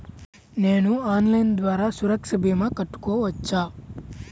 నేను ఆన్లైన్ ద్వారా సురక్ష భీమా కట్టుకోవచ్చా?